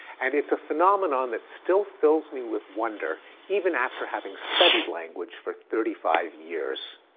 and it's a phenomenon that still fills me with wonder, even after having studied language for thirty five years.